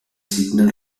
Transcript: signal